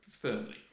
firmly